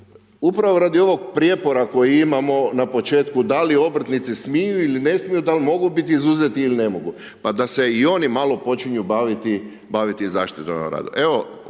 upravo radi ovoga prijepora koji imamo na početku da li obrtnici smiju ili ne smiju, da li mogu biti izuzeti ili ne mogu, pa da se i oni malo počinju baviti zaštitom na radu.